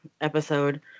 episode